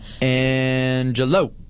Angelo